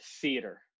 theater